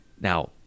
Now